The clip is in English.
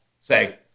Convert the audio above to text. say